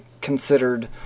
considered